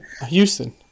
Houston